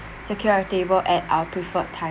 secure a table at our preferred time